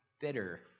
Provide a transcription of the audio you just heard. bitter